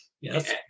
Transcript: Yes